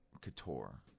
Couture